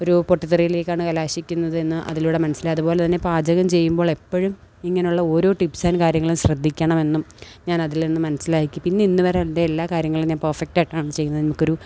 ഒരു പൊട്ടിത്തെറിയിലേക്കാണ് കലാശിക്കുന്നതെന്ന് അതിലൂടെ മനസ്സിലായി അതുപോലെ തന്നെ പാചകം ചെയ്യുമ്പോളെപ്പഴും ഇങ്ങനുള്ള ഓരോ ടിപ്സ് ആന്ഡ് കാര്യങ്ങളും ശ്രദ്ധിക്കണമെന്നും ഞാൻ അതിൽ നിന്ന് മനസ്സിലാക്കി പിന്നെ ഇന്ന് വരെ എൻ്റെ എല്ലാ കാര്യങ്ങളും ഞാൻ പെർഫെക്റ്റായിട്ടാണ് ചെയ്യുന്നത് നമുക്കൊരു